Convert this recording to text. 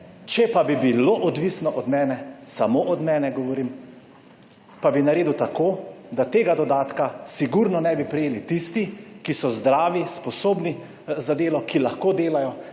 če pa bi bilo odvisno od mene, samo od mene, govorim, pa bi naredil tako, da tega dodatka sigurno ne bi prejeli tisti, ki so zdravi, sposobni za delo, ki lahko delajo,